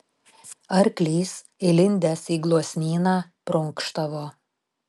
arklys įlindęs į gluosnyną prunkštavo